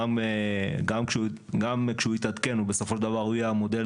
גם כשהוא יתעדכן בסופו של דבר הוא יהיה המודל